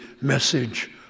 message